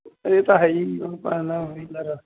ਇਹ ਤਾਂ ਹੈ ਹੀ